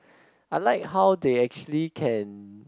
I like how they actually can